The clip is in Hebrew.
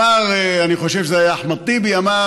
אני חושב שזה היה אחמד טיבי שאמר: